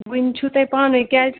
وٕنۍ چھُو تۄہہِ پانَے کیٛازِ